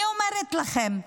אני אומרת לכם,